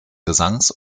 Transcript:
gesangs